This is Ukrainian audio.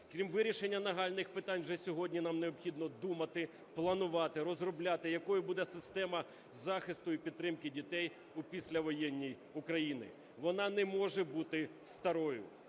Крім вирішення нагальних питань вже сьогодні нам необхідно думати, планувати, розробляти, якою буде система захисту і підтримки дітей у післявоєнній Україні. Вона не може бути старою.